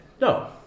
No